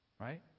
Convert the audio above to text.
Right